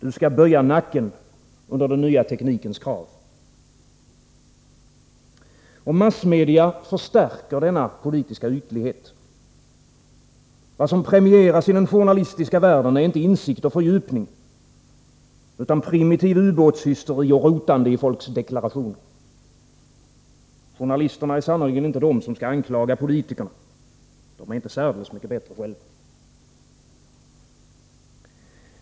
Du skall böja nacken under den nya teknikens krav. Och massmedia förstärker denna politiska ytlighet. Vad som premieras i den journalistiska världen är inte insikt och fördjupning, utan primitiv ubåtshysteri och rotande i folks deklarationer. Journalisterna är sannerligen inte de som skall anklaga politikerna — de är inte särdeles mycket bättre själva.